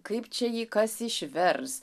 kaip čia jį kas išvers